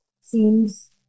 seems